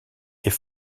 est